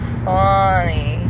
funny